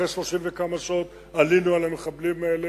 אחרי 30 וכמה שעות עלינו על המחבלים האלה,